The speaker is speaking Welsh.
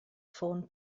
ffôn